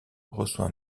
reçoit